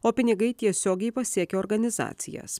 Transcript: o pinigai tiesiogiai pasiekia organizacijas